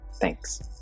thanks